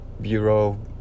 bureau